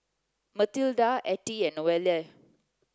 Matilda Ettie and Noelle